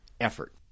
effort